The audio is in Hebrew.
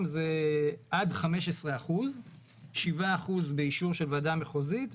מוגדרים עד 15%. 7% באישור של ועדה מחוזית,